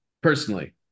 Personally